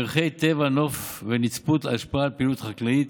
ערכי טבע, נוף ונצפות, השפעה על פעילות חקלאית,